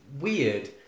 weird